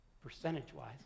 Percentage-wise